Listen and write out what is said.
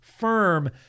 Firm